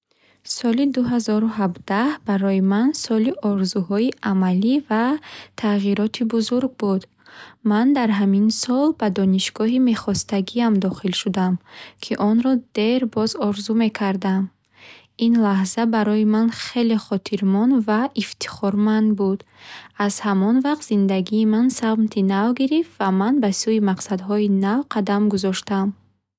Соли дуҳазору ҳабдаҳ барои ман соли орзуҳои амалӣ ва тағйироти бузург буд. Ман дар ҳамин сол ба донишгоҳи мехостагиам дохил шудам, ки онро дер боз орзу мекардам. Ин лаҳза барои ман хеле хотирмон ва ифтихорманд буд. Аз ҳамон вақт зиндагии ман самти нав гирифт ва ман ба сӯи мақсадҳои нав қадам гузоштам.